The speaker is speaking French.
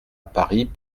paris